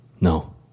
No